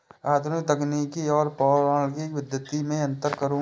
आधुनिक तकनीक आर पौराणिक पद्धति में अंतर करू?